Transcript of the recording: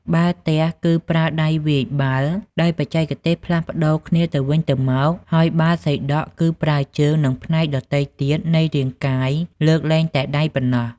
បាល់ទះ គឺប្រើដៃវាយបាល់ដោយបច្ចេកទេសផ្លាស់ប្តូរគ្នាទៅវិញទៅមក ហើយ បាល់សីដក់ គឺប្រើ ជើង និងផ្នែកដទៃទៀតនៃរាងកាយលើកលែងតែដៃប៉ុណ្ណោះ។